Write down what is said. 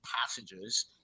passages